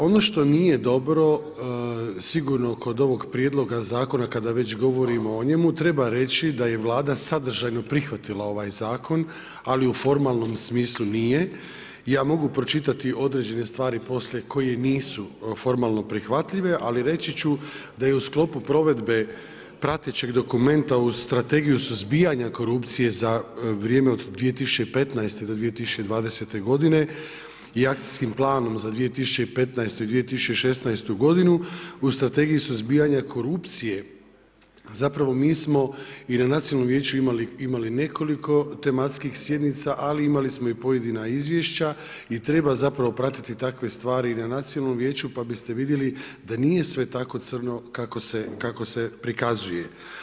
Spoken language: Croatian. Ono što nije dobro sigurno kod ovog prijedloga zakona kada već govorimo o njemu, treba reći da je Vlada sadržajno prihvatila ovaj zakon, ali u formalnom smislu nije i ja mogu pročitati određene stvari poslije koje nisu formalno prihvatljive, ali reći ću da je u sklopu provedbe pratećeg dokumenta uz Strategiju suzbijanja korupcije za vrijeme od 2015. do 2020. godine i Akcijskim planom za 2015. i 2016. godinu u Strategiji suzbijanja korupcije mi smo i na nacionalnom vijeću imali nekoliko tematskih sjednica, ali imali smo i pojedina izvješća i treba pratiti takve stvari na nacionalnom vijeću pa biste vidjeli da nije sve tako crno kako se prikazuje.